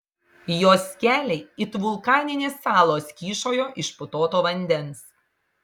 jos keliai it vulkaninės salos kyšojo iš putoto vandens